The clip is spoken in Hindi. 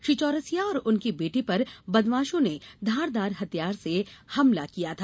श्री चौरसिया और उनके बेटे पर बदमाशों ने धारदार हथियार से हमला किया था